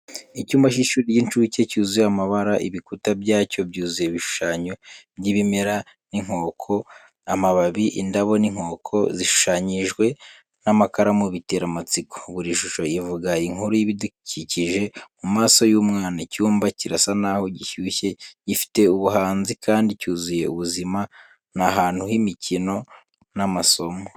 Icyumba cy'ishuri ry'incuke cyuzuye amabara, ibikuta byacyo byuzuye ibishushanyo by'ibimera n’inkoko. Amababi, indabo, n’inkoko zishushanyijwe n’amakaramu bitera amatsiko. Buri shusho ivuga inkuru y’ibidukikije mu maso y’umwana. Icyumba kirasa naho gishyushye, gifite ubuhanzi, kandi cyuzuye ubuzima n'ahantu h’imikino n’amasomo.